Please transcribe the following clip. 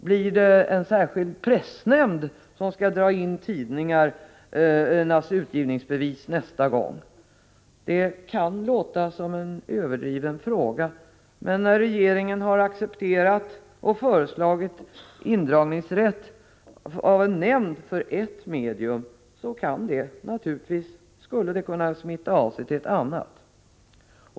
Blir det en särskild pressnämnd som skall dra in tidningars utgivningsbevis nästa gång? Det kan låta som en överdriven fråga, men när regeringen har accepterat och föreslagit indragningsrätt för en nämnd beträffande ett medium, skulle det naturligtvis kunna smitta av sig till ett annat.